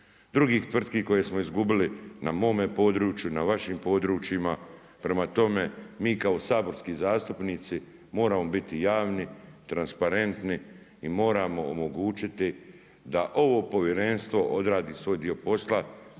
drugih tvrtki koje smo izgubili na mome području, na vašim područjima, prema tome mi kao saborski zastupnici, moramo biti javni, transparentni i moramo omogućiti da ovo povjerenstvo odradi svoj dio posla,